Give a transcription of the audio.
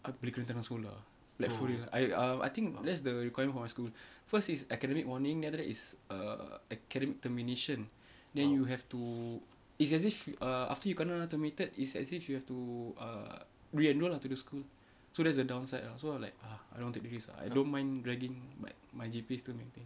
aku boleh tendang sekolah lah like fully ah I err I think that's the requirement for my school first is academic warning letter then after that is err academic termination then you have to it's as if err after you kena terminated it's as if you have to err re-enrolled lah to the school so that's the downside lah so I'm like ah I don't wanna take the risk ah I don't mind dragging but my G_P_A still maintain